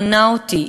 הונה אותי,